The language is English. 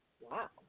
Wow